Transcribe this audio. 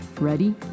Ready